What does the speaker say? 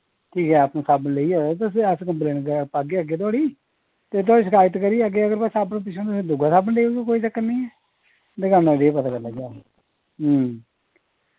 ठीक ऐ अपना साबन लेइयै ओयो तुसें अस कम्प्लेन पागे अग्गै थोआढ़ी ते थोआढ़ी शिकायत करियै अग्गै अगर वा साबन पिच्छुआं तुसें दूआ साबन देई ओड़गे कोई चक्कर नेईं ऐ दुकाना पर केह् पता लगगा